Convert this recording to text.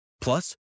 Plus